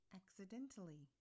accidentally